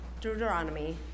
Deuteronomy